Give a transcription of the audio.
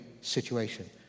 situation